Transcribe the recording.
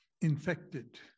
infected